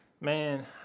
man